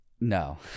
No